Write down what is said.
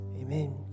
Amen